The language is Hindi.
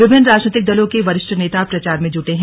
विभिन्न राजनीतिक दलों के वरिष्ठ नेता प्रचार में जुटे हैं